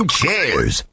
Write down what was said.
chairs